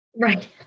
Right